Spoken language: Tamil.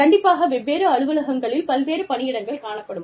கண்டிப்பாக வெவ்வேறு அலுவலகங்களில் பல்வேறு பணியிடங்கள் காணப்படும்